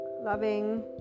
loving